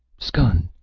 skun!